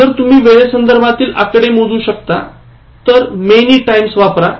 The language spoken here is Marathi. जर तुम्ही वेळेसंधर्बातील आकडे मोजू शकता तर many times वापरा